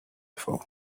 before